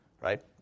Right